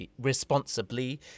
responsibly